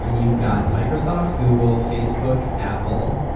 and you've got microsoft, google, facebook, apple.